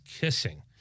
kissing